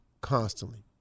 constantly